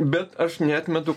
bet aš neatmetu